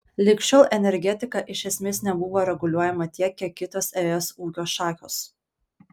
lig šiol energetika iš esmės nebuvo reguliuojama tiek kiek kitos es ūkio šakos